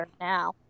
Now